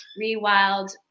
Rewild